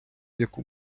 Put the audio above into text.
яку